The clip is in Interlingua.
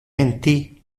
menti